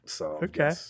Okay